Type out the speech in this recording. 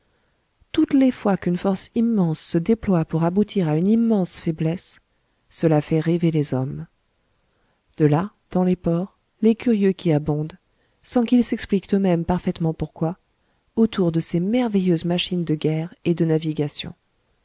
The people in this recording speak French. toutes les fois qu'une force immense se déploie pour aboutir à une immense faiblesse cela fait rêver les hommes de là dans les ports les curieux qui abondent sans qu'ils s'expliquent eux-mêmes parfaitement pourquoi autour de ces merveilleuses machines de guerre et de navigation